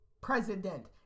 president